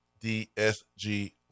DSG